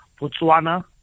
Botswana